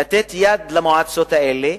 לתת יד למועצות האלה